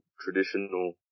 traditional